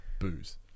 booze